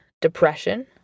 depression